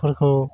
बेफोरखौ